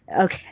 Okay